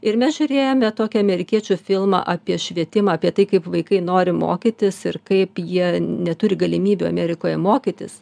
ir mes žiūrėjome tokį amerikiečių filmą apie švietimą apie tai kaip vaikai nori mokytis ir kaip jie neturi galimybių amerikoje mokytis